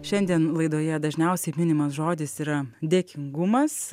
šiandien laidoje dažniausiai minimas žodis yra dėkingumas